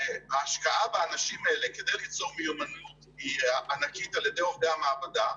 וההשקעה באנשים האלה כדי ליצור מיומנות היא ענקית על ידי עובדי המעבדה,